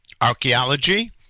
archaeology